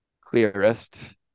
clearest